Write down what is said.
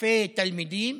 אלפי תלמידים,